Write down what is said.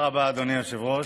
תודה רבה, אדוני היושב-ראש.